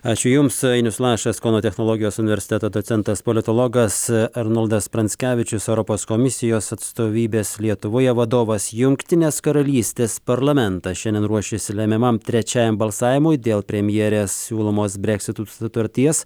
ačiū jums ainius lašas kauno technologijos universiteto docentas politologas arnoldas pranckevičius europos komisijos atstovybės lietuvoje vadovas jungtinės karalystės parlamentas šiandien ruošiasi lemiamam trečiajam balsavimui dėl premjerės siūlomos breksito sutarties